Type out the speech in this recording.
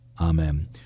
Amen